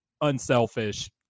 unselfish